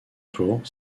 tour